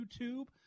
YouTube